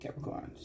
Capricorns